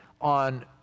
on